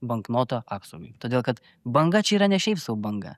banknoto apsaugai todėl kad banga čia yra ne šiaip sau banga